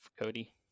Cody